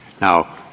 Now